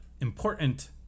important